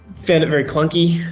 found it very clunky,